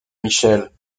michel